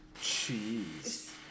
Cheese